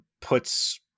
puts